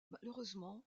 malheureusement